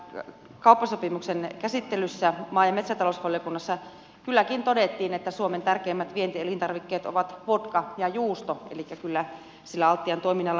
transatlanttisen kauppasopimuksen käsittelyssä maa ja metsätalousvaliokunnassa kylläkin todettiin että suomen tärkeimmät vientielintarvikkeet ovat vodka ja juusto elikkä kyllä sillä altian toiminnalla merkitystä on